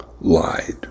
lied